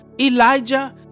Elijah